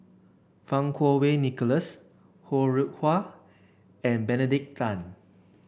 Fang Kuo Wei Nicholas Ho Rih Hwa and Benedict Tan